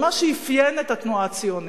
אבל מה שאפיין את התנועה הציונית,